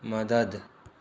मदद